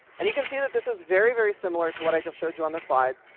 and you can see that this is very, very similar to what i just showed you on the slides.